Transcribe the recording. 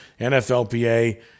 NFLPA